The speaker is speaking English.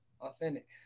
authentic